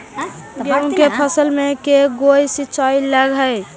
गेहूं के फसल मे के गो सिंचाई लग हय?